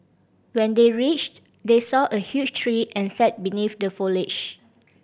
when they reached they saw a huge tree and sat beneath the foliage